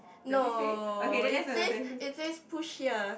no it says it says push here